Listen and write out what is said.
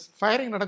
firing